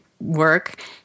work